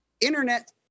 internet